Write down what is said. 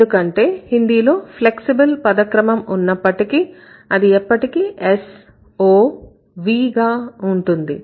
ఎందుకంటే హిందీలో ఫ్లెక్సిబుల్ పదక్రమం ఉన్నప్పటికీ అది ఎప్పటికీ S O V గా ఉంటుంది